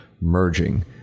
merging